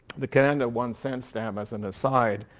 the canada one-cent stamp as an aside